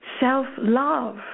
self-love